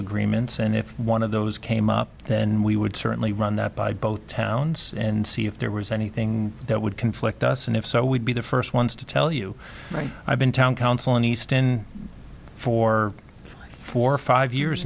agreements and if one of those came up then we would certainly run that by both towns and see if there was anything that would conflict us and if so we'd be the first ones to tell you right i've been town council in east in four for five years